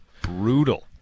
Brutal